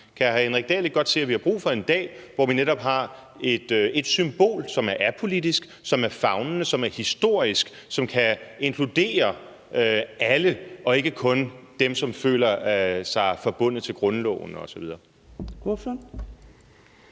Kan hr. Henrik Dahl ikke godt se, at vi har brug for en dag, hvor vi netop har et symbol, som er apolitisk, som er favnende, som er historisk, og som kan inkludere alle og ikke kun dem, som føler sig forbundet til grundloven osv.?